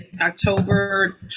October